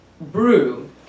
brew